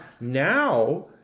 now